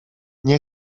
nie